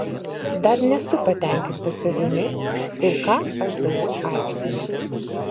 dar nesu patenkintas savimi ir ką aš darau aikštėje